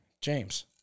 james